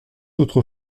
autre